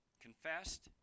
confessed